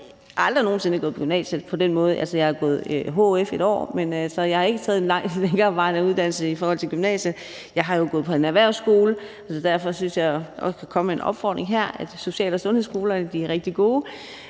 selv aldrig nogen sinde gået på gymnasiet. Jeg har gået på hf i et år, men jeg har ikke taget en længere uddannelse på gymnasiet. Jeg har jo gået på en erhvervsskole, og derfor synes jeg også, jeg vil komme med en opfordring her og sige, at social- og sundhedsskolerne er rigtig gode.